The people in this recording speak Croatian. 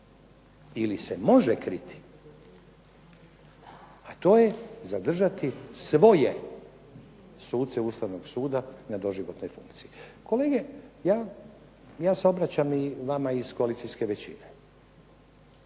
ili se može kriti a to je zadržati svoje suce Ustavnog suda na doživotnoj funkciji. Kolege ja se obraćam i vama iz koalicijske većine.